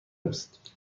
است